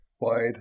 wide